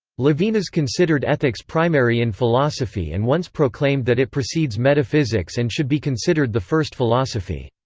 levinas considered ethics primary in philosophy and once proclaimed that it precedes metaphysics and should be considered the first philosophy.